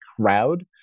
crowd